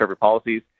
policies